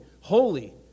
holy